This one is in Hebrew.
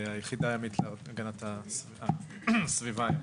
היחידה להגנת הסביבה הימית.